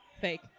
Fake